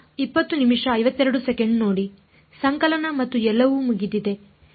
ಸಂಕಲನ ಮತ್ತು ಎಲ್ಲವೂ ಮುಗಿದಿದೆ